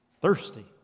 thirsty